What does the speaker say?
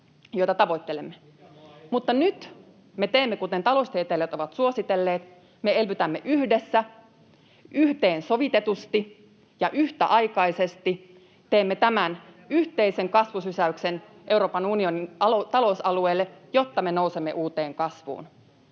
Mutta nyt me teemme kuten taloustieteilijät ovat suositelleet: me elvytämme yhdessä. Yhteensovitetusti ja yhtäaikaisesti teemme tämän yhteisen kasvusysäyksen Euroopan unionin talousalueelle, jotta me nousemme uuteen kasvuun.